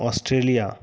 Australia